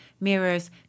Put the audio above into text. mirrors